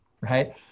right